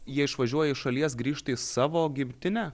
jie išvažiuoja iš šalies grįžta į savo gimtinę